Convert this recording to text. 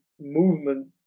movement